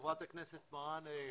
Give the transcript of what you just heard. חברת הכנסת מרעאנה,